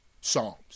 Psalms